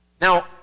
Now